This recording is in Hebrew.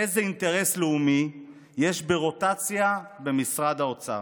איזה אינטרס לאומי יש ברוטציה במשרד האוצר?